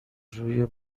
روی